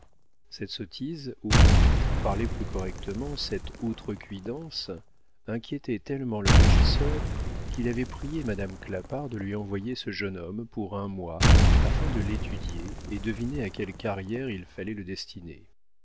cette sottise ou pour parler plus correctement cette outrecuidance inquiétait tellement le régisseur qu'il avait prié madame clapart de lui envoyer ce jeune homme pour un mois afin de l'étudier et deviner à quelle carrière il fallait le destiner